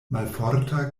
malforta